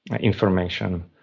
information